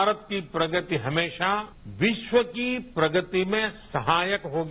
भारत की प्रगति हमेशा विश्व की प्रगति में सहायक होगी